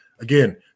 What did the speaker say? again